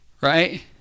Right